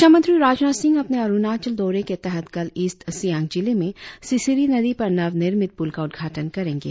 रक्षामंत्री राजनाथ सिंह अपने अरुणाचल दौरे के तहत कल ईस्ट सियां जिले में सिसिरी नदी पर नवनिर्मित पुल का उद्घाटन करेंगे